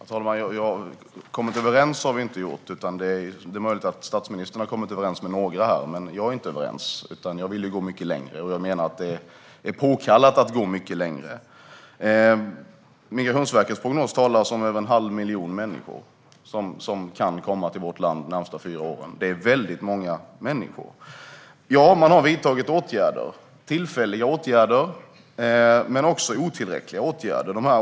Herr talman! Kommit överens har vi inte gjort. Det är möjligt att statsministern har kommit överens med några, men jag är inte överens. Jag vill gå mycket längre. Jag menar att det är påkallat att gå mycket längre. I Migrationsverkets prognos talas det om att över en halv miljon människor kan komma till vårt land de närmaste fyra åren. Det är många människor. Ja, åtgärder har vidtagits. Det är tillfälliga åtgärder och otillräckliga åtgärder.